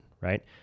right